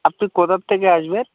আপনি কোথার থেকে আসবেন